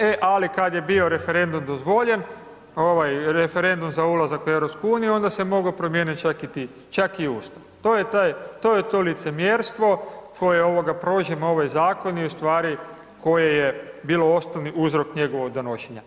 E, ali kad je bio referendum dozvoljen, referendum za ulazak u EU, onda se moglo promijeniti čak i ustav, to je taj, to je to licemjerstvo koje prožima ovaj zakon i u stvari koje je bilo osnovni uzrok njegovog donošenja.